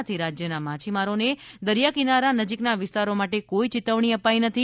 આથી રાજ્યના માછીમારોને દરિયાકિનારા નજીકના વિસ્તારો માટે કોઈ ચેતવણી અપાઈ નથી